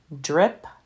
drip